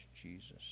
Jesus